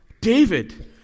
David